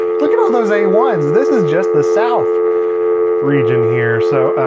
look at all those a one s! this is just the south region here. so